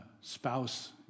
spouse